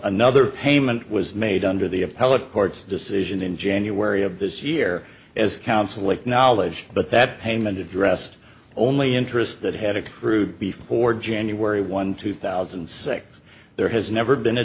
another payment was made under the appellate court's decision in january of this year as counsel acknowledge but that payment addressed only interest that had accrued before january one two thousand and six there has never been a